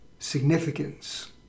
Significance